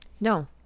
No